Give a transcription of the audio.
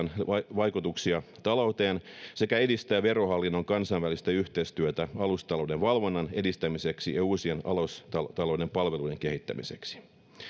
vaikutuksia talouteen sekä edistää verohallinnon kansainvälistä yhteistyötä alustatalouden valvonnan edistämiseksi ja uusien alustatalouden palveluiden kehittämiseksi